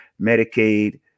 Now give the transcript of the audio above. Medicaid